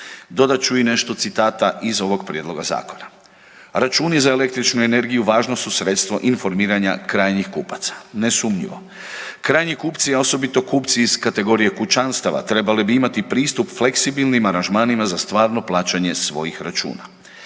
Dodat ću i nešto citata iz ovog prijedloga zakona. Računi za električnu energiju važno su sredstvo informiranja krajnjih kupaca, nesumnjivo. Krajnji kupci, a osobito kupci iz kategorije kućanstava trebali bi imati pristup fleksibilnim aranžmanima za stvarno plaćan je svojih računa.